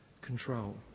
control